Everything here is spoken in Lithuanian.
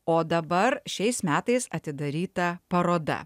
o dabar šiais metais atidaryta paroda